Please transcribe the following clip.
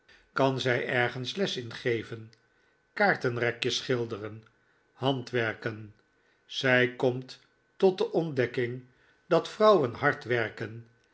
kan zij ergens les in geven kaartenrekjes schilderen handwerken zij komt tot de ontdekking dat vrouwen hard werken